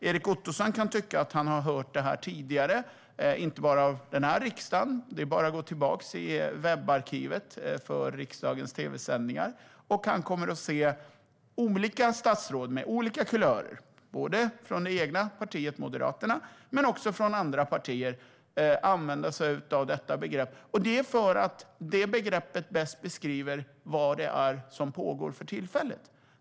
Erik Ottoson kan tycka att han har hört det tidigare, inte bara under denna riksdag. Det är bara att gå tillbaka i webbarkivet för riksdagens tv-sändningar. Där kan han se olika statsråd av olika kulör - både från det egna partiet Moderaterna och från andra partier - använda sig av det begreppet. Det är för att det bäst beskriver vad som pågår för tillfället.